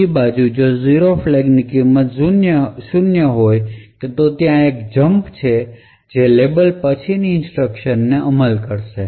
બીજી બાજુ જો 0 ફ્લેગ ની કિંમત 0 હોય તો ત્યાં એક જંપ છે જે લેબલ પછીની ઇન્સટ્રકશન અમલ કરશે